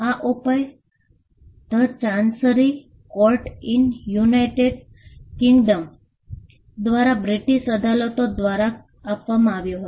આ ઉપાય the chancery court in United Kingdom દ્વારા બ્રિટીશ અદાલતો દ્વારા આપવામાં આવ્યો હતો